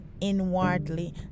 inwardly